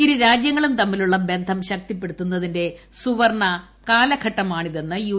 ഇരു രാജ്യങ്ങളും തമ്മിലുള്ള ബന്ധം ശക്തിപ്പെടുത്തുന്നതിന്റെ സുവർണ കാലഘട്ടമാണിതെന്ന് യു